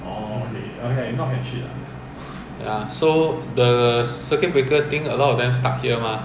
no free day ya straightaway charge